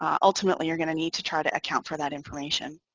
ultimately you're going to need to try to account for that information.